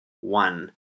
one